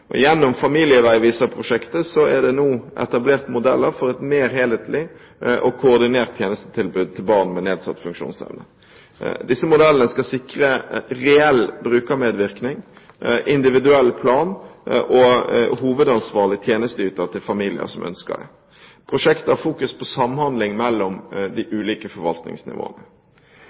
kommuner. Gjennom Familieveiviser-prosjektet er det nå etablert modeller for et mer helhetlig og koordinert tjenestetilbud til barn med nedsatt funksjonsevne. Disse modellene skal sikre reell brukermedvirkning, individuell plan og hovedansvarlig tjenesteyter til familier som ønsker det. Prosjektet har fokus på samhandling mellom de ulike forvaltningsnivåene.